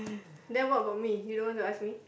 then what about me you don't want to ask me